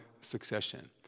succession